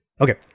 Okay